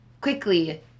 quickly-